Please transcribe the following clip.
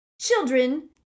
children